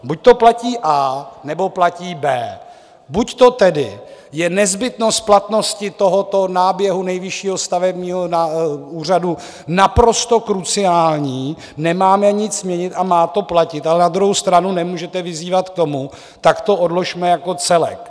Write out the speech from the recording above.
Buď platí A, nebo platí B. Buďto tedy je nezbytnost platnosti tohoto náběhu Nejvyššího stavebního úřadu naprosto kruciální, nemáme nic měnit a má to platit, ale na druhou stranu nemůžete vyzývat k tomu, tak to odložme jako celek.